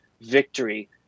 victory